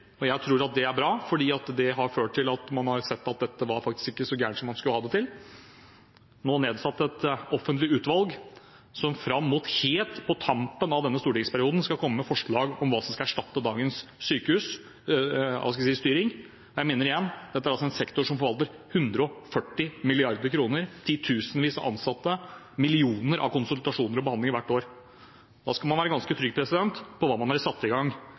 og jeg tror at det er bra, fordi det har ført til at man har sett at dette faktisk ikke var så galt som man skulle ha det til, nå nedsatt et offentlig utvalg som helt på tampen av denne stortingsperioden skal komme med forslag om hva som skal erstatte dagens sykehusstyring. Jeg minner igjen om at dette er en sektor som forvalter 140 mrd. kr, titusenvis av ansatte, millioner av konsultasjoner og behandlinger hvert år. Da skal man være ganske trygg på hva man har satt i gang,